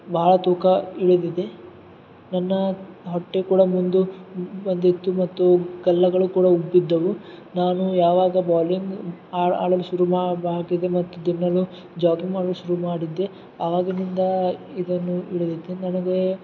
ಬಹಳ ತೂಕ ಇಳಿದಿದೆ ನನ್ನ ಹೊಟ್ಟೆ ಕೂಡ ಮುಂದು ಬಂದಿತ್ತು ಮತ್ತು ಗಲ್ಲಗಳು ಕೂಡ ಉಬ್ಬಿದ್ದವು ನಾನು ಯಾವಾಗ ಬಾಲಿಂಗ್ ಆಡಲು ಶುರು ಮಾಡ್ದಾಗಿದೆ ಮತ್ತು ದಿನಲೂ ಜಾಗಿಂಗ್ ಮಾಡಲು ಶುರು ಮಾಡಿದ್ದೆ ಆವಾಗಿನಿಂದ ಇದನ್ನು ಇಳಿದಿತ್ತು ನನಗೇ